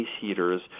heaters